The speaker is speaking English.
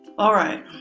alright.